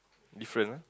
different ah